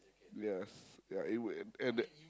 yes ya it would and and that